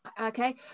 Okay